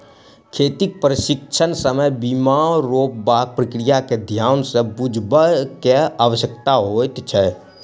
खेतीक प्रशिक्षणक समय बीया रोपबाक प्रक्रिया के ध्यान सँ बुझबअ के आवश्यकता होइत छै